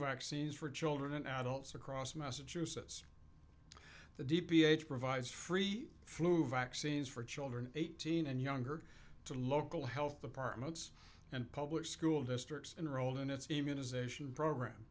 vaccines for children and adults across massachusetts the d p h provides free flu vaccines for children eighteen and younger to local health departments and public school districts enrolled in its